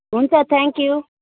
हुन्छ thank you